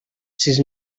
sis